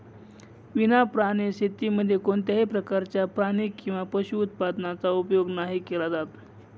विना प्राणी शेतीमध्ये कोणत्याही प्रकारच्या प्राणी किंवा पशु उत्पादनाचा उपयोग नाही केला जात